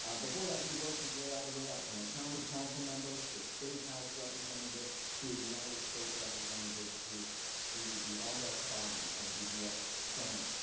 ah before that, he worked his way all the way up from a county councilmember to a state house representative to a united states representative to to the august body of the u s. senate.